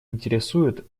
интересует